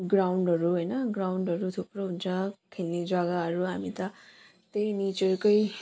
ग्राउन्डहरू हैन ग्राउन्डहरू थुप्रो हुन्छ खेल्ने जग्गाहरू हामी त त्यही नेचरकै